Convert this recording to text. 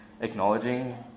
acknowledging